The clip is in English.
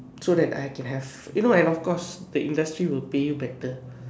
so that I can have you know and of course the industry will pay you better